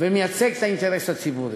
ומייצג את האינטרס הציבורי.